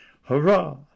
Hurrah